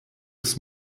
des